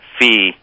fee